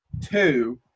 Two